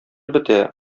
бетә